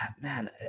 man